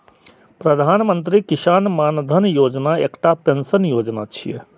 प्रधानमंत्री किसान मानधन योजना एकटा पेंशन योजना छियै